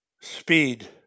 Speed